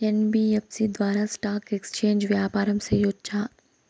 NBFC ద్వారా stock exchange వ్యాపారం సేయొచ్చా?